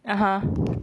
(uh huh)